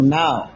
now